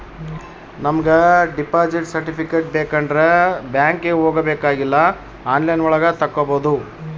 ನಮಿಗೆ deposit certificate ಬೇಕಂಡ್ರೆ ಬ್ಯಾಂಕ್ಗೆ ಹೋಬಾಕಾಗಿಲ್ಲ ಆನ್ಲೈನ್ ಒಳಗ ತಕ್ಕೊಬೋದು